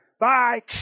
Bye